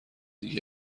دیگه